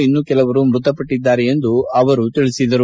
ಇನ್ನೂ ಕೆಲವರು ಮೃತಪಟ್ಟದ್ದಾರೆ ಎಂದು ಅವರು ತಿಳಿಸಿದರು